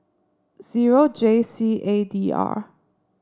zero J C A D R